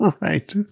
right